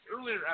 earlier